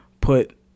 put